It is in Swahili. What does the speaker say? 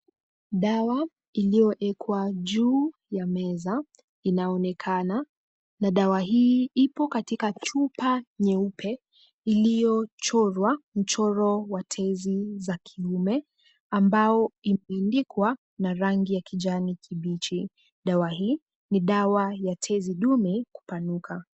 Dawa iliyoekwa juu ya meza, inaonekana, na dawa hii ipo katika chupa nyeupe iliyochorwa mchoro wa tezi za kiume, ambao imeandikwa na rangi ya kijani kibichi. Dawa hii ni dawa ya tezi dume kupanuka.